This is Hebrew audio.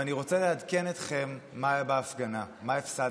ואני רוצה לעדכן אתכם מה היה בהפגנה, מה הפסדתם.